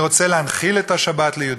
אני רוצה להנחיל את השבת ליהודים,